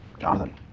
Jonathan